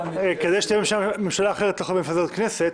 כדי שתהיה ממשלה אחרת לא חייבים לפזר את הכנסת.